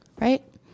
right